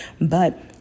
But-